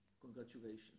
congratulations